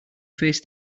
face